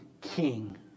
king